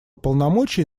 полномочий